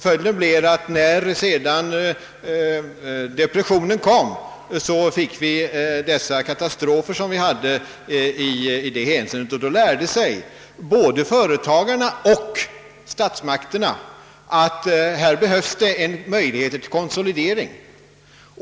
Följden blev att när depressionen kom förde den med sig en rad katastrofer. Då lärde sig både företagarna och statsmakterna att det behövs möjligheter till konsolidering.